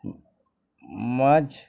মাছ